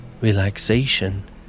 relaxation